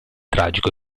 tragico